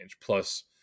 Plus